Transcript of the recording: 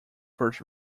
first